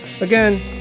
Again